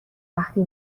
وقتی